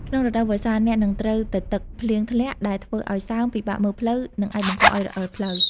ក្នុងរដូវវស្សា អ្នកនឹងត្រូវទទឹក ភ្លៀងធ្លាក់ ដែលធ្វើឱ្យសើម ពិបាកមើលផ្លូវ និងអាចបង្កឱ្យរអិលផ្លូវ។